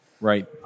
Right